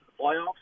playoffs